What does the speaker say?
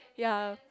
yea